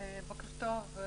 בוקר טוב.